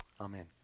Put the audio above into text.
amen